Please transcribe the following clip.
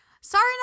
sorry